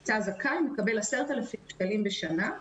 שנמצא זכאי מקבל 10,000 שקלים בשנה.